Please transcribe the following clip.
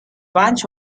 bunch